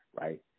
right